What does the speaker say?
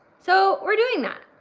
so we're doing that.